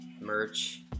merch